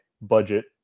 budget